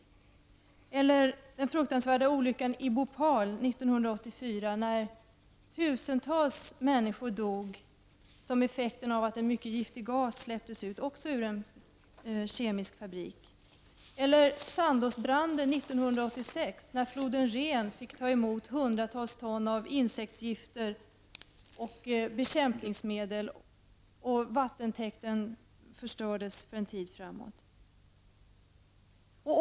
Detsamma gäller den fruktansvärda olyckan i Bhopal 1984, när tusentals människor dog som effekt av att en mycket giftig gas släpptes ut från en kemisk fabrik. Vid Sandozbranden 1986 fick floden Rhen ta emot hundratals ton av insektsgifter och bekämpningsmedel, och vattentäkten förstördes för en tid framåt.